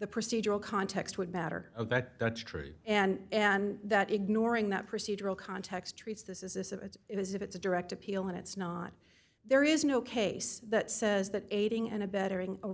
the procedural context would matter that the tree and and that ignoring that procedural context treats this is a it is if it's a direct appeal and it's not there is no case that says that aiding and abetting a